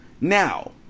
now